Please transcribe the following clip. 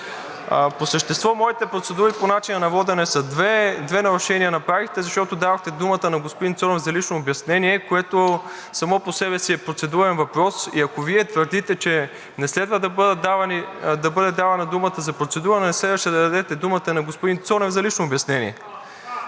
По същество моите процедури по начина на водене са две. Направихте две нарушения, защото дадохте думата на господин Цонев за лично обяснение, което само по себе си е процедурен въпрос и ако Вие твърдите, че не следва да бъде давана думата за процедура, не следваше да давате думата и на господин Цонев за лично обяснение.